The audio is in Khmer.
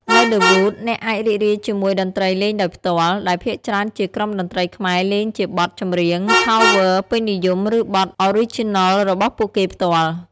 នៅ ឌឹ វូត អ្នកអាចរីករាយជាមួយតន្ត្រីលេងដោយផ្ទាល់ ដែលភាគច្រើនជាក្រុមតន្ត្រីខ្មែរលេងជាបទចម្រៀង ខោ វើ (Cover) ពេញនិយម ឬបទ អូរីជីណល របស់ពួកគេផ្ទាល់។